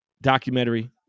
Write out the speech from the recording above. documentary